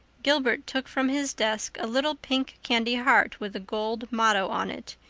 gilbert took from his desk a little pink candy heart with a gold motto on it,